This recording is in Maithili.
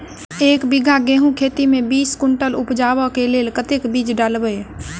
एक बीघा गेंहूँ खेती मे बीस कुनटल उपजाबै केँ लेल कतेक बीज डालबै?